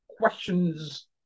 questions